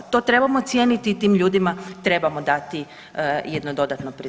To trebamo cijeniti i tim ljudima trebamo dati jedno dodatno